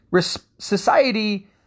Society